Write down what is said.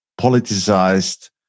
politicized